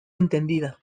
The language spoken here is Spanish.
entendida